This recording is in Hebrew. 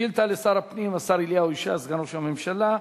שר הפנים, השר אליהו ישי, סגן ראש הממשלה,